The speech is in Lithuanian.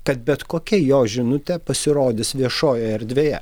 kad bet kokia jo žinutė pasirodys viešojoje erdvėje